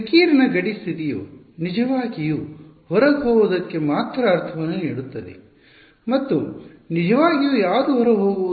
ವಿಕಿರಣ ಗಡಿ ಸ್ಥಿತಿಯು ನಿಜವಾಗಿಯೂ ಹೊರಹೋಗುವದಕ್ಕೆ ಮಾತ್ರ ಅರ್ಥವನ್ನು ನೀಡುತ್ತದೆ ಮತ್ತು ನಿಜವಾಗಿಯೂ ಯಾವುದು ಹೊರಹೋಗುವುದು